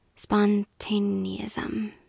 Spontaneism